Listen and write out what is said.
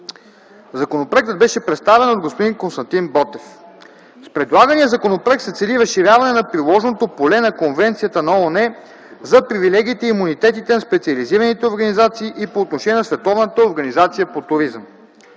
Законопроектът беше представен от господин Константин Ботев. С предлагания законопроект се цели разширяване на приложеното поле на конвенцията на ООН за привилегиите и имунитетите на специализираните организации и по отношение на